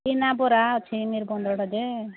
ନା ପରା ଅଛି ନିର୍ବନ୍ଧଟା ଯେ